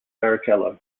barrichello